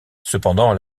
cependant